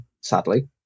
sadly